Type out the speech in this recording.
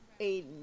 Aiden